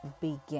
begin